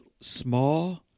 small